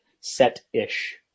set-ish